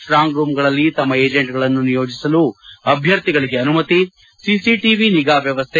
ಸ್ಟಾಂಗ್ರೂಂಗಳಲ್ಲಿ ತಮ್ಮ ಏಜೆಂಟ್ಗಳನ್ನು ನಿಯೋಜಿಸಲು ಅಭ್ಯರ್ಥಿಗಳಿಗೆ ಅನುಮತಿ ಸಿಸಿಟಿವಿ ನಿಗಾ ವ್ಯವಸ್ಲೆ